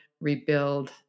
rebuild